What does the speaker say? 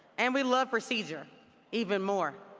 and we love procedure even more.